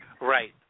right